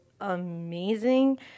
amazing